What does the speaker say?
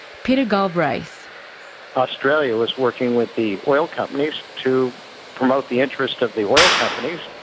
peter galbraith australia was working with the oil companies to promote the interests of the oil companies,